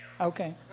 Okay